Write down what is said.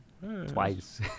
Twice